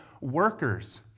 workers